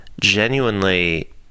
Genuinely